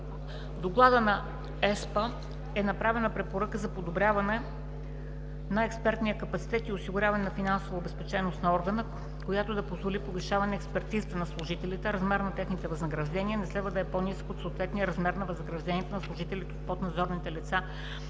доклада на FSAP е направена препоръка за подобряване на експертния капацитет и осигуряване на финансова обезпеченост на органа, която да позволи повишаване експертизата на служителите. Размерът на техните възнаграждения не следва да е по-нисък от съответния размер на възнагражденията на служители от поднадзорните на